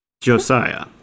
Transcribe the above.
Josiah